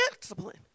discipline